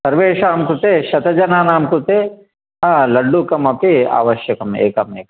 सर्वेषां कृते शतजनानां कृते लड्डुकम् अपि आवश्यकम् एकम् एकम्